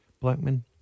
Blackman